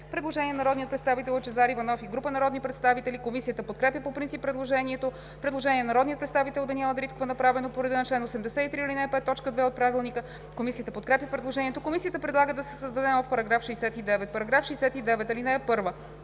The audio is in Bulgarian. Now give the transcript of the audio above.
Предложение на народния представител Лъчезар Иванов и група народни представители. Комисията подкрепя по принцип предложението. Предложение на народния представител Даниела Дариткова, направено по реда на чл. 83, ал. 5, т. 2 от ПОДНС. Комисията подкрепя предложението. Комисията предлага да се създаде нов § 69: „§ 69.